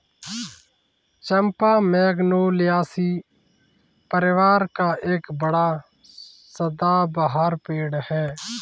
चंपा Magnoliaceae परिवार का एक बड़ा सदाबहार पेड़ है